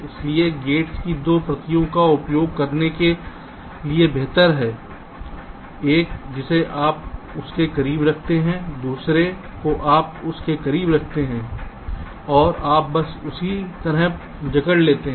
इसलिए गेट्स की 2 प्रतियों का उपयोग करने के लिए बेहतर है एक जिसे आप उसके करीब रखते हैं दूसरे को आप उस के करीब रखते हैं और आप बस उसी तरह जकड़ लेते हैं